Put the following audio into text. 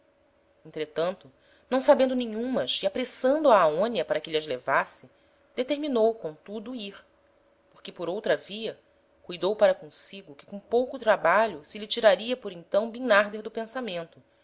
entretanto não sabendo nenhumas e apressando a aonia para que lh'as levasse determinou comtudo ir porque por outra via cuidou para consigo que com pouco trabalho se lhe tiraria por então bimnarder do pensamento